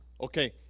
okay